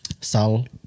sal